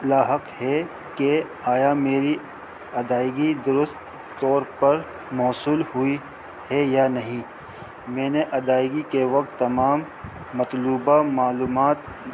لاحق ہے کہ آیا میری ادائیگی درست طور پر موصول ہوئی ہے یا نہیں میں نے ادائیگی کے وقت تمام مطلوبہ معلومات